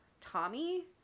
Tommy